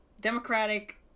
democratic